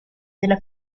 della